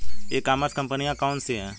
ई commerce कंपनियाँ कौन कौन सी हैं?